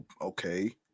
Okay